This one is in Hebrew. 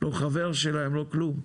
לא חבר שלהם, לא כלום.